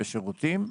בשירותים,